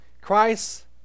Christ